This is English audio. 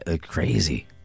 Crazy